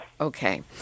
Okay